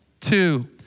two